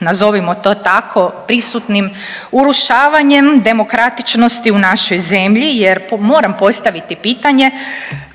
nazovimo to tako, prisutnim urušavanjem demokratičnosti u našoj zemlji jer moram postaviti pitanje